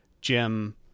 Jim